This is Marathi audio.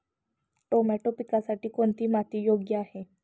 टोमॅटो पिकासाठी कोणती माती योग्य आहे?